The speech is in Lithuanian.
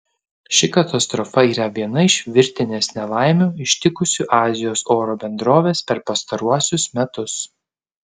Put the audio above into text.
ši katastrofa yra viena iš virtinės nelaimių ištikusių azijos oro bendroves per pastaruosius metus